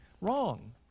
Wrong